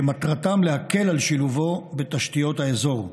שמטרתם להקל על שילובו בתשתיות האזור.